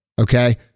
okay